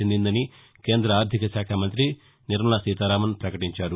చెందిందని కేంద్ర ఆర్థిక శాఖ మంతి నిర్మలా సీతారామన్ పకటించారు